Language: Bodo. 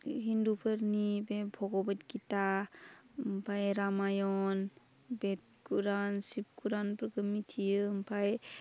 हिन्दुफोरनि बे भगबत गिता ओमफाय रामायण बेद कुरान शिब कुरानफोरखौ मिथियो ओमफाय